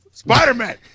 Spider-Man